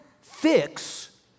fix